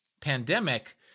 pandemic